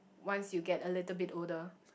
once you get a little bit older